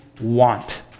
want